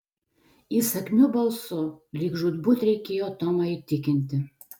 įsakmiu balsu lyg žūtbūt reikėjo tomą įtikinti